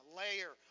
layer